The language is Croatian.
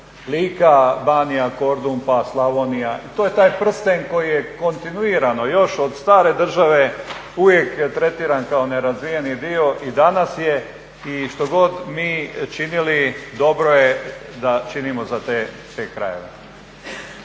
Lika, Banija, Kordun, pa Slavonija. To je taj prsten koji je kontinuirano još od stare države uvijek tretiran kao nerazvijeni dio i danas je i štogod mi činili dobro je da činimo za te krajeve.